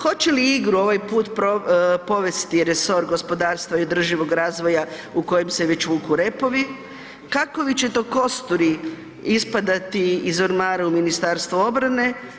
Hoće li igru ovaj put povesti resor gospodarstva i održivog razvoja u kojem se već vuku repovi, kakovi će to kosturi ispadati iz ormara u Ministarstvu obrane?